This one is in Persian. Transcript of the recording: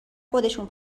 خودشون